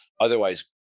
Otherwise